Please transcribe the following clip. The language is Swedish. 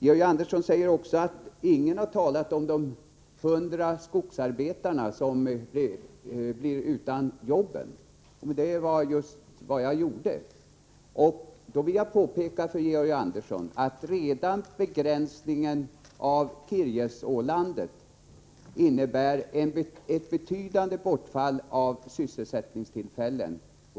Georg Andersson säger också att ingen har talat om de 100 skogsarbetare som blir utan arbete. Det var just vad jag gjorde. Jag vill påpeka för Georg Andersson att redan begränsningen av Kirjesålandet innebär ett betydande bortfall av sysselsättningstillfällen.